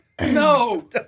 No